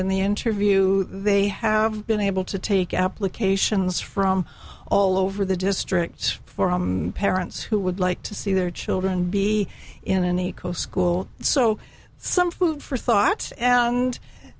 in the interview they have been able to take applications from all over the districts for hum parents who would like to see their children be in an eco school so some food for thought and